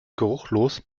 geruchlos